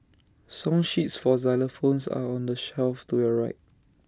song sheets for xylophones are on the shelf to your right